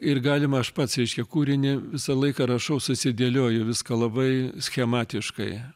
ir galima aš pats reiškia kūrinį visą laiką rašau susidėlioju viską labai schematiškai